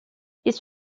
this